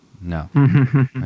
No